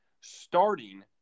starting